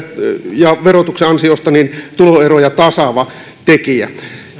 ja verotuksen ansiosta tuloeroja tasaava tekijä